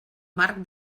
marc